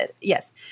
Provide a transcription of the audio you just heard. Yes